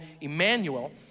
Emmanuel